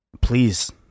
Please